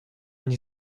nie